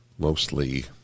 mostly